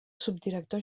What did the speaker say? subdirector